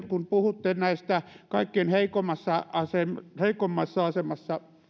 kun puhutte näistä kaikkein heikoimmassa asemassa heikoimmassa asemassa